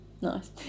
Nice